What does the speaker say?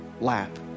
lap